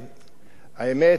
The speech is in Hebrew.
האמת,